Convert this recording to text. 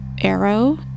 arrow